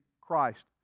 Christ